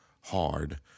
hard